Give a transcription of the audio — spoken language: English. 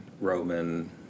Roman